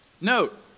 Note